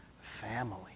family